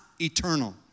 eternal